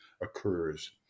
occurs